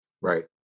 right